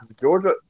Georgia